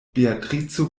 beatrico